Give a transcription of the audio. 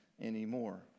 anymore